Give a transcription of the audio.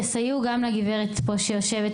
תסייעו גם לגברת שיושבת פה,